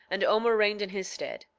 and omer reigned in his stead.